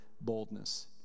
boldness